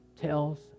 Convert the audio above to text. Tells